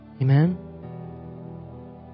Amen